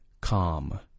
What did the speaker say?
Calm